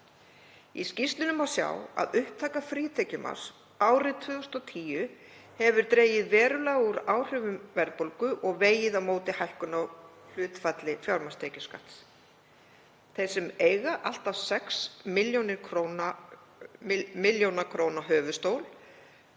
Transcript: Í skýrslunni má sjá að upptaka frítekjumarks árið 2010 hefur dregið verulega úr áhrifum verðbólgu og vegið á móti hækkun á hlutfalli fjármagnstekjuskatts. Þeir sem eiga allt að 6 millj. kr. höfuðstól